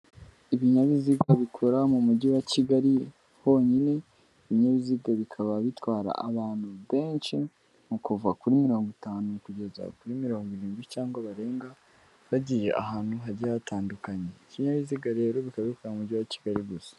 Ibinyabiziga bikora mu Mujyi wa Kigali honyine, ibi binyabiziga bikaba bitwara abantu benshi mu kuva kuri mirongo itanu kugeza kuri mirongo irindwi cyangwa barenga, bagiye ahantu hagiye hatandukanye. ikinyabiziga rero bikaba bikora mu Mujyi wa Kigali gusa.